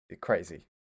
crazy